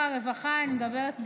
שר הרווחה, אני מדברת בשמו,